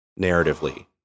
narratively